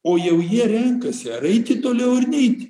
o jau jie renkasi ar eiti toliau ar neiti